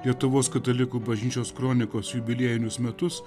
lietuvos katalikų bažnyčios kronikos jubiliejinius metus